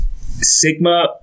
Sigma